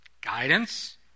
guidance